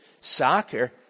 soccer